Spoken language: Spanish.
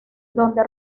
donde